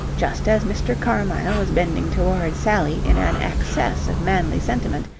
just as mr. carmyle was bending towards sally in an access of manly sentiment,